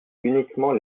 uniquement